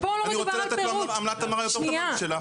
אני רוצה לתת לו עמלת המרה יותר טובה משלך.